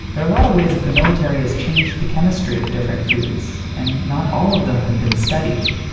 there are a lot of ways that the military has changed the chemistry of different foods and not all of them have been studied,